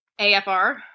AFR